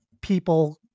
people